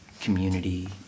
community